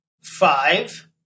five